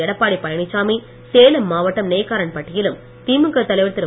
எடப்பாடி பழனிச்சாமி சேலம் மாவட்டம் நெய்க்காரன்பட்டியிலும் திமுக தலைவர் திரு